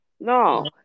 No